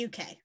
UK